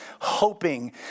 hoping